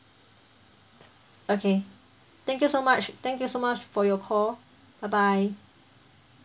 okay thank you so much thank you so much for your call bye bye